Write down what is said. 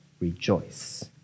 rejoice